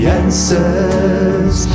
answers